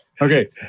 Okay